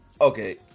Okay